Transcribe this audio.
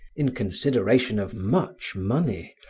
in consideration of much money,